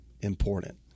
important